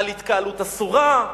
על התקהלות אסורה,